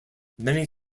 many